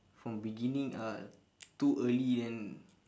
from beginning uh too early then